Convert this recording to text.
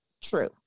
true